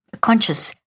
conscious